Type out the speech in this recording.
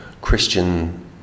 Christian